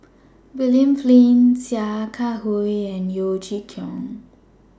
William Flint Sia Kah Hui and Yeo Chee Kiong